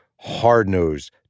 hard-nosed